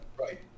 right